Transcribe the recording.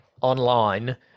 online